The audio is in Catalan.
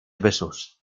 besòs